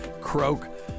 croak